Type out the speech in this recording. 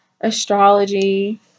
astrology